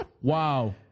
Wow